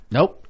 Nope